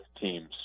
teams